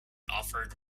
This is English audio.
offered